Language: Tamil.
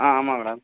ஆ ஆமாம் மேடம்